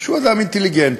הוא אדם אינטליגנטי,